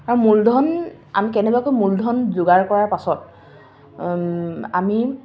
আৰু মূলধন আমি কেনেবাকৈ মূলধন যোগাৰ কৰাৰ পাছত আমি